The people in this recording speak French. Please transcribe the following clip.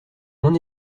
mon